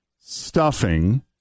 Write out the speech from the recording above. stuffing